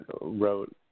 wrote